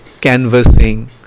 canvassing